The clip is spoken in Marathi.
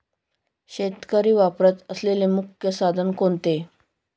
शेतकरी वापरत असलेले मुख्य साधन कोणते?